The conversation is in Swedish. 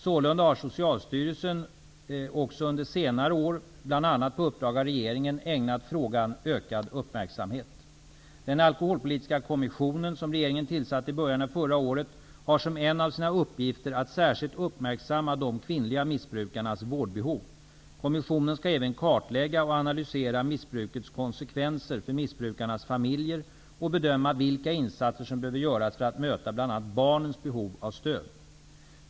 Sålunda har Socialstyrelsen också under senare år, bl.a. på uppdrag av regeringen, ägnat frågan ökad uppmärksamhet. Den alkoholpolitiska kommissionen , som regeringen tillsatte i början av förra året, har som en av sina uppgifter att särskilt uppmärksamma de kvinnliga missbrukarnas vårdbehov. Kommissionen skall även kartlägga och analysera missbrukets konsekvenser för missbrukarnas familjer och bedöma vilka insatser som behöver göras för att möta bl.a. barnens behov av stöd.